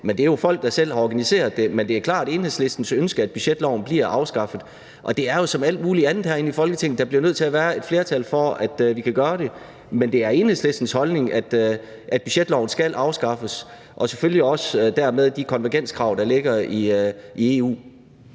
Men det er jo folk, der selv har organiseret det. Men det er klart Enhedslistens ønske, at budgetloven bliver afskaffet. Det er jo som med alt muligt andet herinde i Folketinget, nemlig at der bliver nødt til at være et flertal for, at vi kan gøre det. Men det er Enhedslistens holdning, at budgetloven skal afskaffes, og selvfølgelig dermed også de konvergenskrav, der ligger i EU.